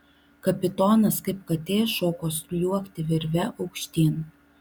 kapitonas kaip katė šoko sliuogti virve aukštyn